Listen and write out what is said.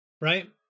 right